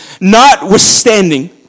notwithstanding